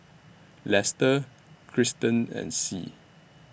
Lester Kirsten and Sie